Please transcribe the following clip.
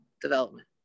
development